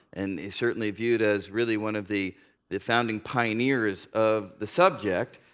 and he's certainly viewed as really one of the the founding pioneers of the subject.